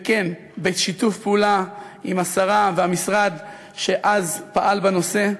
בשיתוף פעולה עם השרה והמשרד שאז פעל בנושא,